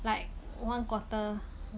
like one quarter